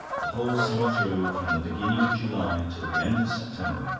the whole summer through, from the beginning of july till the end of september,